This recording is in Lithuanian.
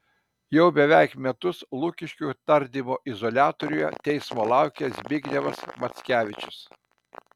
jau beveik metus lukiškių tardymo izoliatoriuje teismo laukia zbignevas mackevičius